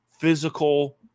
Physical